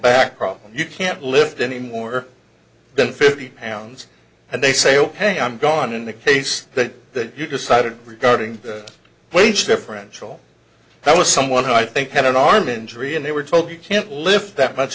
back problem you can't lift any more than fifty pounds and they say ok i'm gone in the case that you decided regarding the wage differential that was someone who i think had an arm injury and they were told you can't lift that much